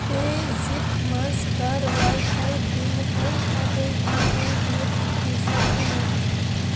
پے زیپ منٛز کَر واے فاے بِلہِ ہٕنٛز ادٲیگی ہٕنٛز نوٹفکیشن آن